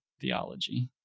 theology